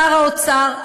שר האוצר.